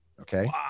Okay